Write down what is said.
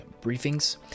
Briefings